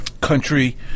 country